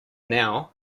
now